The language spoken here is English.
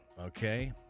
Okay